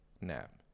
nap